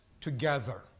together